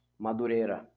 Madureira